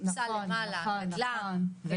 טיפסה למעלה --- חדווה